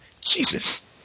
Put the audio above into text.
Jesus